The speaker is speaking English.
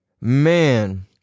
man